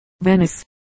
Venice